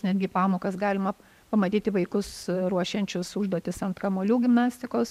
netgi pamokas galima pamatyti vaikus ruošiančius užduotis ant kamuolių gimnastikos